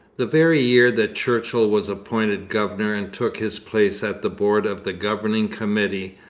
the very year that churchill was appointed governor and took his place at the board of the governing committee,